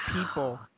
people